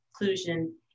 inclusion